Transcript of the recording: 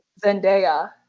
Zendaya